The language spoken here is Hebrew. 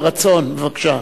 ברצון, בבקשה.